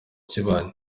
kibaye